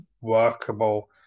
workable